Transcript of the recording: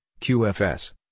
QFS